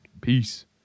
Peace